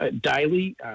daily